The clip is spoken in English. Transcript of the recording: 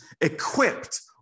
Equipped